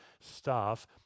staff